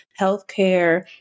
healthcare